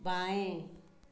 बाएँ